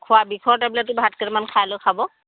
খোৱা বিষৰ টেবলেটটো ভাত কেইটামান খাই লৈ খাব